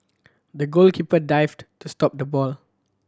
the goalkeeper dived to stop the ball